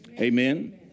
Amen